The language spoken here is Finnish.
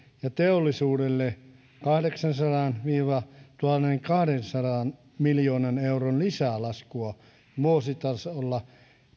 ja teollisuudelle kahdeksansadan viiva tuhannenkahdensadan miljoonan euron lisälaskua vuositasolla